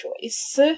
choice